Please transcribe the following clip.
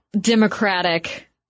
democratic